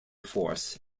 force